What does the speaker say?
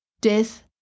death